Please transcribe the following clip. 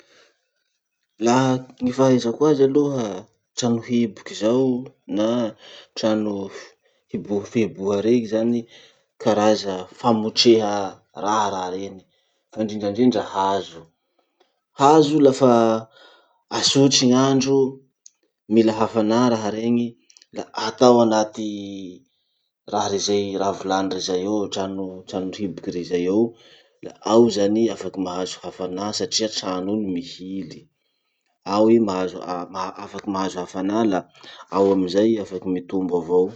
Laha gny fahaizako azy aloha, tranohiboky zao na trano hibo- fihiboha reny zany, karaza famotreha raha raha reny. Fa ndrindrandrindra hazo. Hazo lafa asotry gn'andro, mila hafanà raha reny, la atao anaty raha rey zay, raha volany re zay eo, trano tranohiboky zay eo, la ao zany i afaky mahazo hafanà satria trano iny mihily. Ao i mahazo- a- afaky mahazo hafanà la ao amizay i afaky mitombo avao.